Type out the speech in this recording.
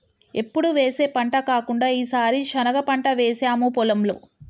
ఎప్పుడు వేసే పంట కాకుండా ఈసారి శనగ పంట వేసాము పొలంలో